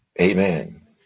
Amen